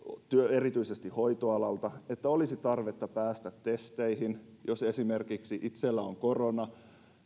erityisesti hoitoalalta että olisi tarvetta päästä testeihin jos esimerkiksi itsellä on korona